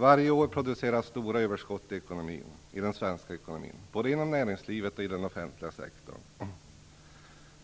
Varje år produceras stora överskott i den svenska ekonomin, både inom näringslivet och i den offentliga sektorn.